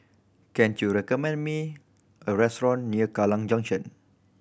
can you recommend me a restaurant near Kallang Junction